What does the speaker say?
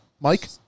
Mike